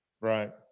Right